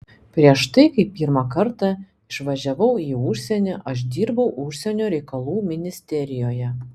prieš tai kai pirmą kartą išvažiavau į užsienį aš dirbau užsienio reikalų ministerijoje